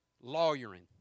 lawyering